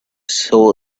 saw